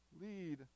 lead